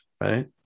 right